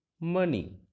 money